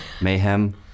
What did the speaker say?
Mayhem